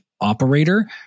operator